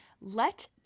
Let